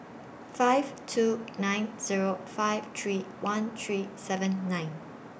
five two nine Zero five three one three seven nine